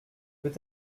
peut